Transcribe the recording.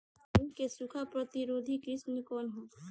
रागी क सूखा प्रतिरोधी किस्म कौन ह?